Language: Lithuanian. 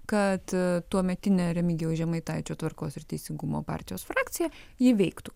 kad tuometinė remigijaus žemaitaičio tvarkos ir teisingumo partijos frakcija ji veiktų